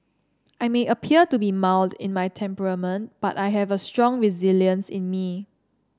I may appear to be mild in my temperament but I have a strong resilience in me